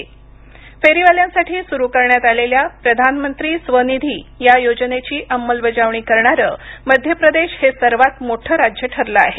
फेरीवाले योजना फेरीवाल्यांसाठी सुरू करण्यात आलेल्या प्रधान मंत्री स्व निधी या योजनेची अंमलबजावणी करणारं मध्य प्रदेश हे सर्वात मोठं राज्य ठरलं आहे